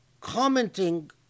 commenting